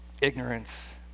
ignorance